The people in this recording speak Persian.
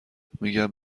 میگم